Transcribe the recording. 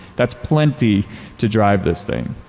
that's plenty to drive this thing.